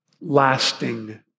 lasting